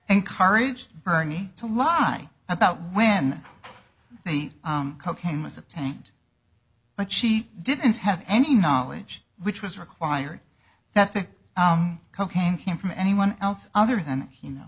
encouraged bernie to lie about when the cocaine was attacked but she didn't have any knowledge which was required that the cocaine came from anyone else other than he know